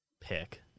pick